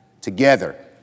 Together